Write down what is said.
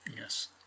Yes